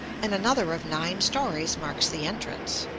and another of nine stories marks the entrance.